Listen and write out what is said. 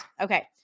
Okay